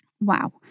Wow